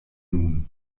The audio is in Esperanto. nun